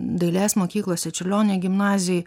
dailės mokyklose čiurlionio gimnazijoj